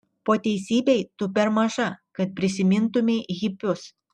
po teisybei tu per maža kad prisimintumei hipius